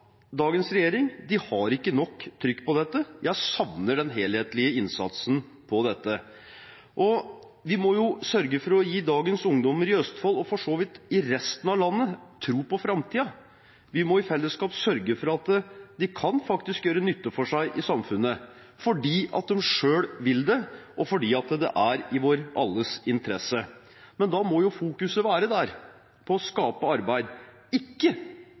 Dagens regjering har ikke nok trykk på dette. Jeg savner den helhetlige innsatsen på dette. Vi må jo sørge for å gi dagens ungdommer i Østfold – og for så vidt også i resten av landet – tro på framtiden. Vi må i fellesskap sørge for at de faktisk kan gjøre nytte for seg i samfunnet – fordi de selv vil det, og fordi det er i vår alles interesse. Men da må fokuset være på å skape arbeid – ikke